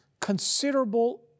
considerable